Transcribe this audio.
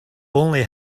only